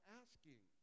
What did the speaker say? asking